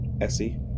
Essie